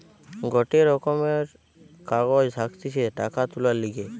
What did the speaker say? গটে রকমের কাগজ থাকতিছে টাকা তুলার লিগে